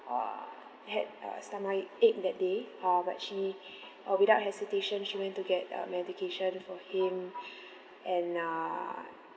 uh had a stomachache that day uh but she uh without hesitation she went to get a medication for him and err